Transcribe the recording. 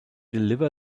deliver